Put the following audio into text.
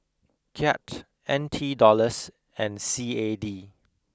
Kyat N T Dollars and C A D